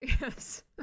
yes